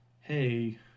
hey